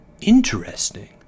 interesting